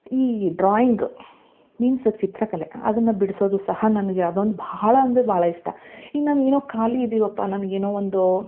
ಈ drawing means ಚಿತ್ರಕಲೆ ಅದನ್ನ ಬಿಡ್ಸೋದು ಸಹ ನನ್ಗ ಅಂದೊಂದು ಬಹಳ ಅಂದರೆ ಭಾಳ ಇಷ್ಟ ಇನ್ನ ನಾನು ಏನೋ ಖಾಲಿ ಇದೀವಪ್ಪಾ ನನ್ಗ ಏನೋ ಒಂದು